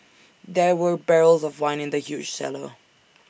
there were barrels of wine in the huge cellar